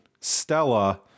Stella